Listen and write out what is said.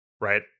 right